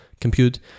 compute